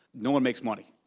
no one makes money.